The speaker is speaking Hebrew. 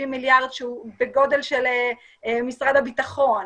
מיליארד שזה בגודל של משרד הביטחון.